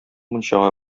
мунчага